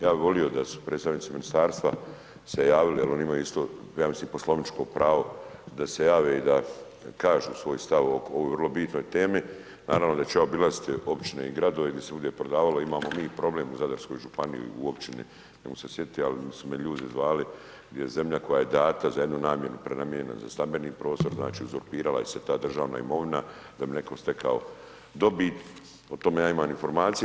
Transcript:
Ja bi volio da su predstavnici ministarstva se javili jer oni imaju isto ja mislim poslovničko pravo, da se jave i da kažu svoj stav oko, vrlo bitnoj temi, naravno da ću ja obilazit općine i gradove gdi se bude prodavalo, imamo mi i problem u Zadarskoj županiji, u općini ne mogu se sjetiti, ali su me ljudi zvali gdje je zemlja koja je data za jednu namjenu prenamijenjena za stambeni prostor, znači uzurpirala se ta državna imovina da bi netko stekao dobit, o tome ja imam informacije.